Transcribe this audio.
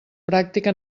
pràctica